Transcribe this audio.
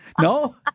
No